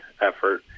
effort